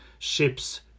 ships